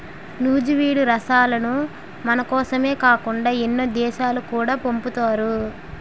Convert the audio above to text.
నూజివీడు రసాలను మనకోసమే కాకుండా ఎన్నో దేశాలకు కూడా పంపుతారు